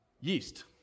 yeast